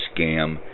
scam